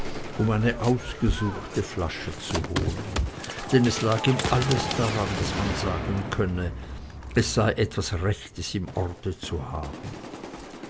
um eine ausgesuchte flasche zu holen denn es lag ihm alles daran daß man sagen könne es sei etwas rechtes im ort zu haben